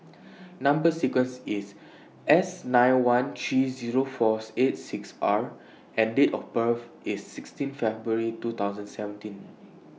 Number sequence IS S nine one three Zero four eight six R and Date of birth IS sixteen February two thousand seventeen